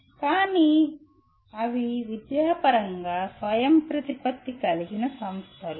కానీ అవి విద్యాపరంగా స్వయంప్రతిపత్తి కలిగిన సంస్థలు